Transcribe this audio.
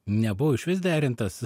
nebuvo išvis derintas